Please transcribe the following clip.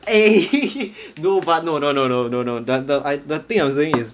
eh hehe no but no no no no no no the the I the thing I was saying is